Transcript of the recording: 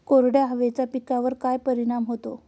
कोरड्या हवेचा पिकावर काय परिणाम होतो?